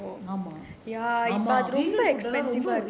ஆமா:aama